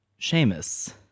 Seamus